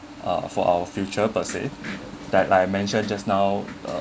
for our future per se that I mentioned just now